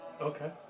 Okay